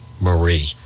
Marie